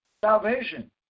salvation